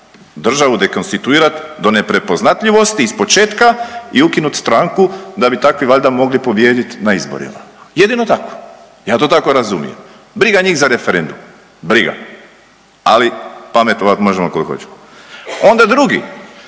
državu dekonstituirat do neprepoznatljivosti iz početka i ukinut stranku da bi takvi valjda mogli pobjedit na izborima, jedino tako, ja to tako razumijem. Briga njih za referendum, briga, ali pametovat možemo koliko hoćemo. Onda drugi,